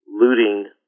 looting